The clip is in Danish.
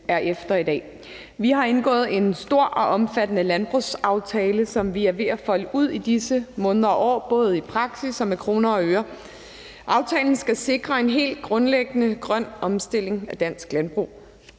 er efter i dag. Vi har indgået en stor og omfattende landbrugsaftale, som vi er ved at folde ud i disse måneder og år, både i praksis og med kroner og øre. Aftalen skal sikre en helt grundlæggende grøn omstilling af dansk landbrug.